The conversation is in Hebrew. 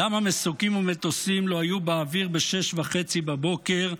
למה מסוקים ומטוסים לא היו באוויר ב-6:30 בבוקר?